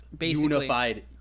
unified